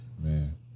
Man